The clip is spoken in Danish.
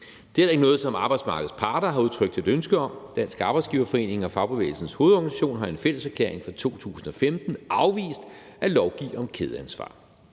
Det er heller ikke noget, som arbejdsmarkedets parter har udtrykt et ønske om. Dansk Arbejdsgiverforening og Fagbevægelsens Hovedorganisation har i en fælleserklæring fra 2015 afvist at lovgive om kædeansvar.